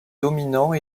dominant